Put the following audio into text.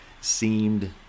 seemed